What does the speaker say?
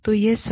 तो यह सब